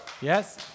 Yes